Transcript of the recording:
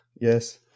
yes